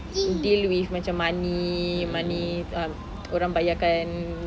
deal with macam money money um orang bayarkan